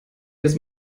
jetzt